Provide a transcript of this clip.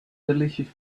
delicious